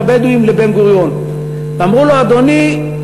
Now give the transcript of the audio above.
הבדואיים לבן-גוריון ואמרו לו: אדוני,